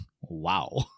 wow